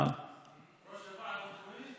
ראש הוועד המקומי?